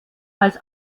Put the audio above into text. als